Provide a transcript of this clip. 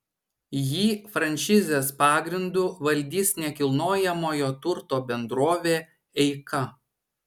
jį franšizės pagrindu valdys nekilnojamojo turto bendrovė eika